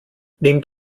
nehmt